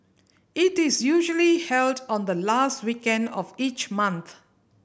it is usually held on the last weekend of each month